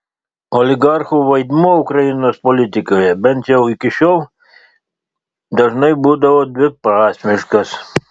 oligarchų vaidmuo ukrainos politikoje bent jau iki šiol dažnai būdavo dviprasmiškas